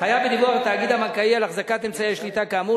חייב בדיווח לתאגיד הבנקאי על החזקת אמצעי השליטה כאמור.